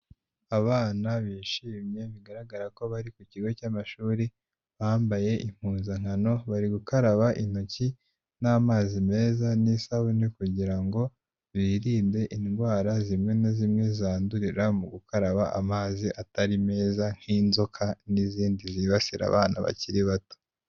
Abana bishimye bigaragara ko bari ku kigo cy'amashuri bambaye impuzankano, bari gukaraba intoki n'amazi meza n'isabune kugira ngo birinde indwara zimwe na zimwe zandurira mu gukaraba amazi atari meza nk'inzoka n'izindi zibasira abana bakiri bato.